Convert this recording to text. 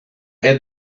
had